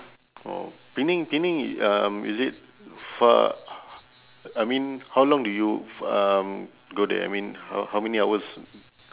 oh penang penang um is it far I mean how long do you um go there I mean how how many hours